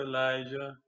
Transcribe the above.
Elijah